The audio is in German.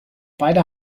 beide